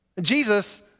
Jesus